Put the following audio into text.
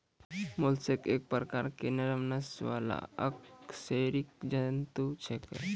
mollusc एक प्रकार के नरम नस वाला अकशेरुकी जंतु छेकै